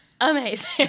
amazing